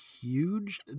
Huge